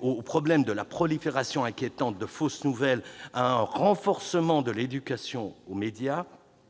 au problème de la prolifération inquiétante des fausses nouvelles à un renforcement de l'éducation aux médias